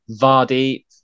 Vardy